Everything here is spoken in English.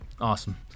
Awesome